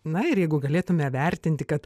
na ir jeigu galėtume vertinti kad